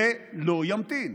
זה לא ימתין,